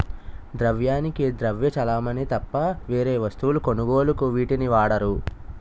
ద్రవ్యానికి ద్రవ్య చలామణి తప్ప వేరే వస్తువుల కొనుగోలుకు వీటిని వాడరు